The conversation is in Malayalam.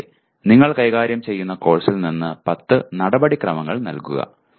അതുപോലെ നിങ്ങൾ കൈകാര്യം ചെയ്യുന്ന കോഴ്സിൽ നിന്ന് 10 നടപടിക്രമങ്ങൾ നൽകുക